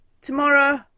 Tomorrow